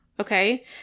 Okay